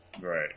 Right